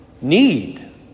need